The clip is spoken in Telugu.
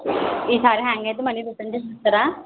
ఈ సారి హ్యాంగ్ అయితే మనీ రిటర్న్ చేస్తారా